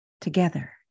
together